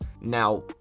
Now